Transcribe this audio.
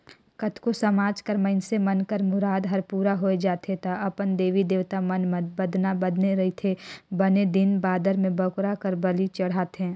कतको समाज कर मइनसे मन कर मुराद हर पूरा होय जाथे त अपन देवी देवता मन म बदना बदे रहिथे बने दिन बादर म बोकरा कर बली चढ़ाथे